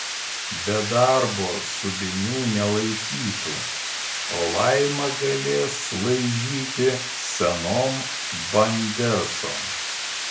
be darbo subinių nelaikytų o laima galės laižyti senom bandersom